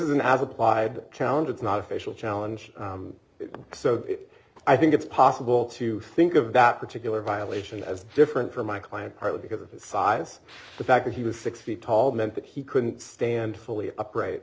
isn't as applied challenge it's not a facial challenge so i think it's possible to think of that particular violation as different from my client partly because of his size the fact that he was six feet tall meant that he couldn't stand fully upright